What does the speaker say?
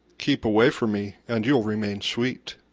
keep away from me and you'll remain sweet.